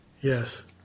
Yes